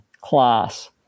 class